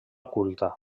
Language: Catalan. culta